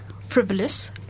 frivolous